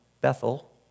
Bethel